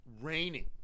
raining